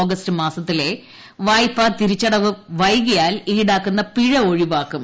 August മാസത്തിലെ ഫ്രിയ്പ്പാ തിരിച്ചടവ് വൈകിയാൽ ഈടാക്കുന്ന പിഴ ഒഴിവാക്കും